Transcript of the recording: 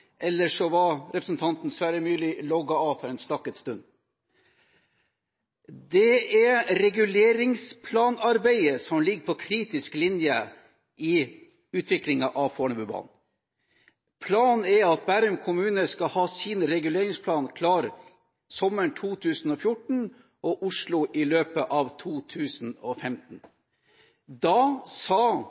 eller så var han logget av for en stakket stund. Det er arbeidet med reguleringsplanen som ligger på kritisk linje i utviklingen av Fornebubanen. Planen er at Bærum kommune skal ha sin reguleringsplan klar sommeren 2014, og Oslo i løpet av 2015. Da, sa